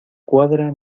cuadra